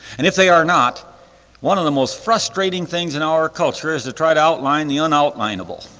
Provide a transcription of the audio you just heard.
and if they are not one of the most frustrating things in our culture is to try to outline the un-outlineable.